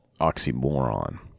oxymoron